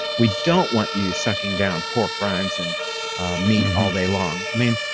we don't want you sucking down pork rinds and meat all day long. i mean,